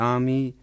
Army